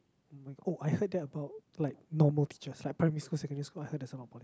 oh I heard that about like normal teachers like primary school secondary school I heard there's a lot of politics